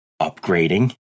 upgrading